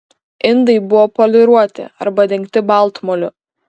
indai buvo poliruoti arba dengti baltmoliu